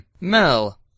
Mel